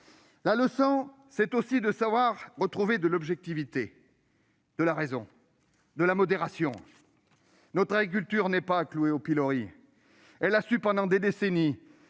La leçon, c'est aussi de savoir retrouver de l'objectivité, de la raison et de la modération. Notre agriculture n'a pas à être clouée au pilori ; elle a su, pendant des décennies,